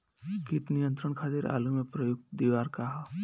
कीट नियंत्रण खातिर आलू में प्रयुक्त दियार का ह?